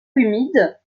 humide